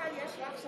לך יש רק שלוש.